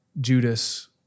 Judas